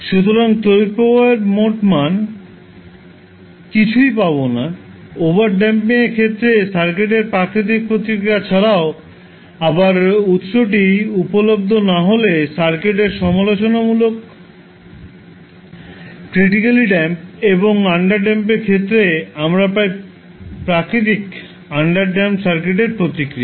সুতরাং তড়িৎ প্রবাহের মোট মান কিছুই পাবো না ওভারড্যাম্পিংয়ের ক্ষেত্রে সার্কিটের প্রাকৃতিক প্রতিক্রিয়া ছাড়াও আবার উত্সটি উপলব্ধ না হলে সার্কিটের সমালোচনামূলক ক্রিটিকালি ড্যাম্প এবং আন্ডারড্যাম্পডের ক্ষেত্রে আমরা পাই প্রাকৃতিক আন্ডারড্যাম্পড সার্কিটের প্রতিক্রিয়া